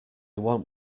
want